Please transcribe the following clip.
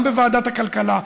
גם בוועדת הכלכלה,